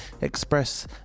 express